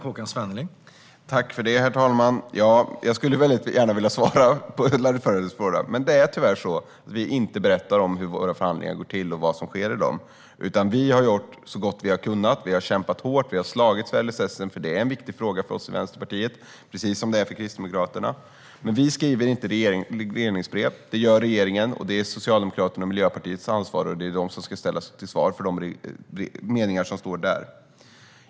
Herr talman! Jag skulle gärna vilja svara på Larry Söders fråga, men vi berättar tyvärr inte om hur våra förhandlingar går till och vad som sker i dem. Vi har gjort så gott vi har kunnat. Vi har kämpat hårt, och vi har slagits för LSS. Det är en viktig fråga för oss i Vänsterpartiet, precis som det är för Kristdemokraterna. Vi skriver dock inte regleringsbrev. Det gör regeringen. Det är Socialdemokraternas och Miljöpartiets ansvar, och det är de som ska ställas till svars för de meningar som står där.